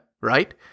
right